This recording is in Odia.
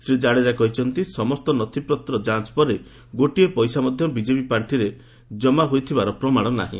ଶ୍ରୀ ଜାଡ଼େଜା କହିଛନ୍ତି ସମସ୍ତ ନଥିପତ୍ର ଯାଞ୍ଚ ପରେ ଗୋଟିଏ ପଇସା ମଧ୍ୟ ବିଜେପି ପାର୍ଷିରେ ଜମା ହୋଇଥିବାର ପ୍ରମାଶନାହିଁ